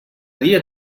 dia